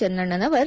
Channannavar